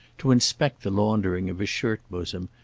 to inspect the laundering of his shirt bosom,